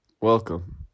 Welcome